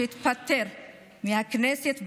שהתפטר מהכנסת,